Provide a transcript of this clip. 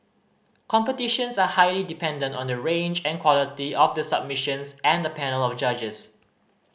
competitions are highly dependent on the range and quality of the submissions and the panel of judges